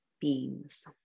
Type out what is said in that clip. beings